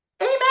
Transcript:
Amen